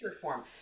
form